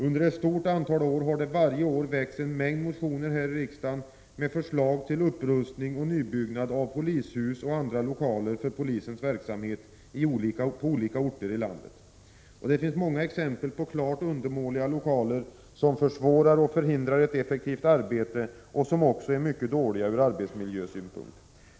Under ett stort antal år har det varje år väckts en mängd motioner här i riksdagen med förslag till upprustning och nybyggnad av polishus och andra lokaler för polisens verksamhet på olika orter i landet. Det finns många exempel på klart undermåliga lokaler som försvårar och förhindrar ett effektivt arbete och som också är mycket dåliga ur arbetsmiljösynpunkt.